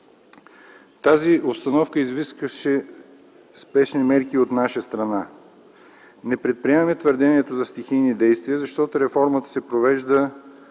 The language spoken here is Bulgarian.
Тази обстановка изискваше спешни мерки от наша страна. Не приемаме твърдението за стихийни действия, защото реформата се провежда,